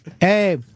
Hey